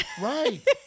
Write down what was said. Right